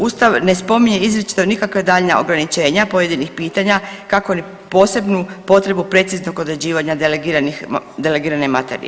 Ustav ne spominje izričito nikakva daljnja ograničenja pojedinih pitanja kako ni posebnu potrebu preciznog određivanja delegirane materije.